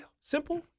simple